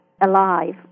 alive